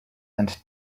and